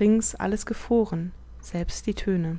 rings alles gefroren selbst die töne